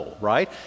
right